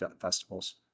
festivals